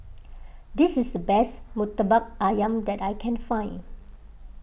this is the best Murtabak Ayam that I can find